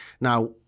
Now